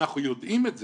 אנחנו יודעים את זה.